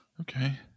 Okay